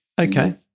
Okay